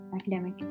academic